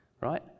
right